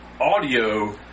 Audio